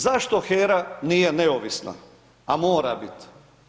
Zašto HERA nije neovisna a mora biti?